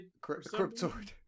cryptoid